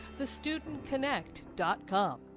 TheStudentConnect.com